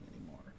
anymore